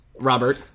Robert